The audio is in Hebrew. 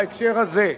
בהקשר הזה.